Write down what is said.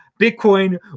Bitcoin